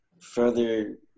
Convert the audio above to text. further